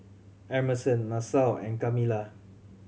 Emerson Masao and Kamilah